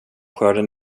skörden